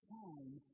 time